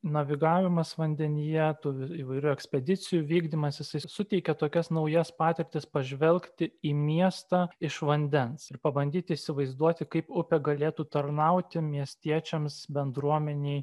navigavimas vandenyje tų įvairių ekspedicijų vykdymas jisai suteikia tokias naujas patirtis pažvelgti į miestą iš vandens ir pabandyti įsivaizduoti kaip upė galėtų tarnauti miestiečiams bendruomenei